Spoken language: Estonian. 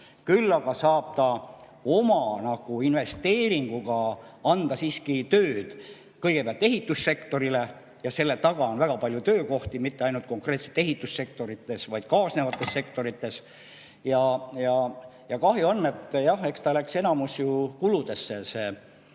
Küll aga saab ta oma investeeringuga anda tööd kõigepealt ehitussektorile. Ja selle taga on väga palju töökohti mitte ainult konkreetselt ehitussektoris, vaid ka kaasnevates sektorites. Ja kahju on, et jah, eks ta läks enamuses see